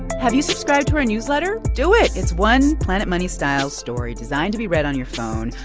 have you subscribe to our newsletter? do it. it's one planet money-style story designed to be read on your phone,